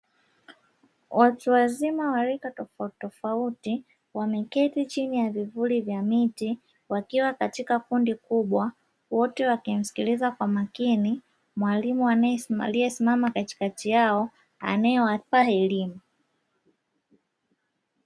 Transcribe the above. Watu wazima wa rika tofautitofauti wameketi chini ya vivuli vya miti, wakiwa katika kundi kubwa, wote wakimsikiliza kwa umakini ,mwalimu aliesimama katikati yao, anaewapa elimu.